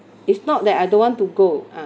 it's not that I don't want to go ah